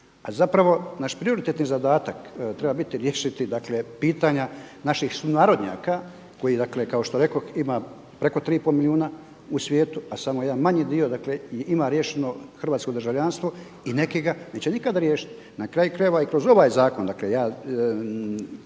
zapravo naš prioritetni zadatak treba biti riješiti dakle pitanja naših sunarodnjaka koji dakle kao što rekoh ima preko 3,5 milijuna u svijetu a samo jedan manji dio, dakle ima riješeno hrvatsko državljanstvo i neki ga neće nikada riješiti. Na kraju krajeva i kroz ovaj zakon, dakle ja